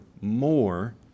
more